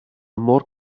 mor